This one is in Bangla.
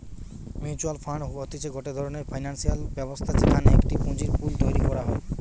মিউচুয়াল ফান্ড হতিছে গটে ধরণের ফিনান্সিয়াল ব্যবস্থা যেখানে একটা পুঁজির পুল তৈরী করা হয়